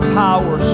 power